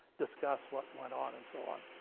discuss what went on and so on.